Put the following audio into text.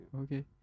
okay